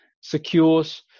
secures